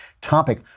topic